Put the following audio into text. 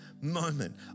moment